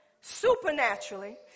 supernaturally